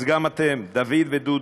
אז גם אתם, דוד ודודי,